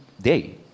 day